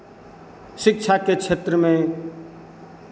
शिक्षा के क्षेत्र में